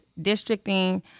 districting